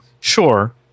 Sure